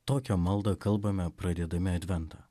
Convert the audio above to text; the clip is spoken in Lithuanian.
tokią maldą kalbame pradėdami adventą